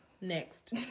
Next